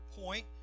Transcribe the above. point